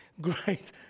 great